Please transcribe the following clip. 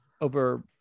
over